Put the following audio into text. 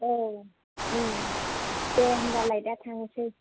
औ दे होम्बालाय दा थांनोसै